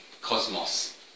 cosmos